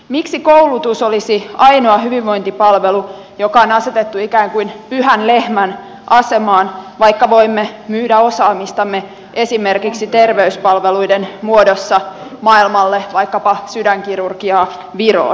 miksi koulutus olisi ainoa hyvinvointipalvelu joka on asetettu ikään kuin pyhän lehmän asemaan vaikka voimme myydä osaamistamme esimerkiksi terveyspalveluiden muodossa maailmalle vaikkapa sydänkirurgiaa viroon